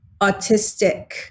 autistic